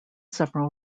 several